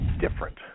different